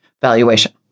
valuation